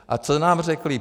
A co nám řekli?